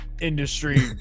industry